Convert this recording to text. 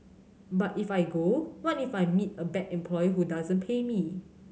but if I go what if I meet a bad employer who doesn't pay me